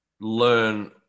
learn